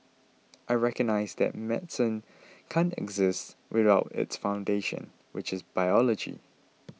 I recognise that medicine can't exist without its foundations which is biology